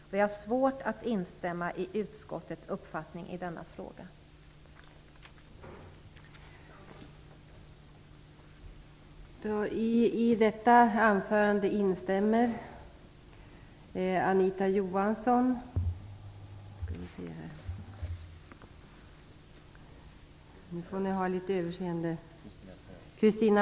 Jag har svårt att instämma i utskottets uppfattning i denna fråga.